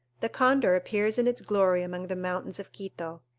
the condor appears in its glory among the mountains of quito.